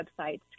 websites